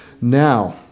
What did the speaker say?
Now